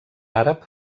àrab